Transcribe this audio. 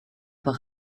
wurde